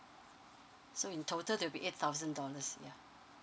so in total there will be eight thousand dollars yeah